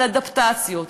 לאדפטציות,